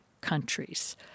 countries